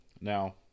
Now